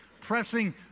pressing